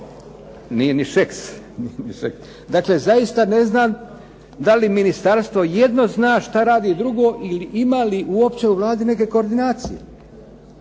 Nije ni Šeks. Dakle, zaista ne znam da li ministarstvo zna što radi drugo ili ima li uopće u Vladi neke koordinacije.